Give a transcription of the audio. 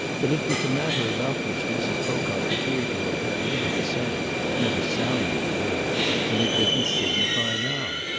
but it was a matter about which mrs. pocock appeared to have had little to say never sounding the word and it didn't signify now.